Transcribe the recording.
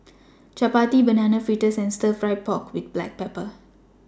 Chappati Banana Fritters and Stir Fry Pork with Black Pepper